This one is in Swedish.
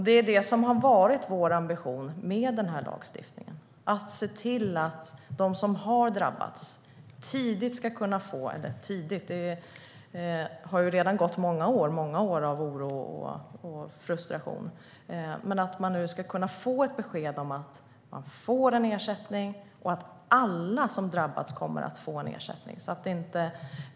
Det är det som har varit vår ambition med den här lagstiftningen: att se till att de som har drabbats tidigt - fast det har ju redan gått många år av oro och frustration - ska kunna få ett besked om att de får en ersättning och att alla som drabbas kommer att få en ersättning.